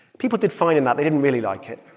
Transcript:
people did fine in that. they didn't really like it.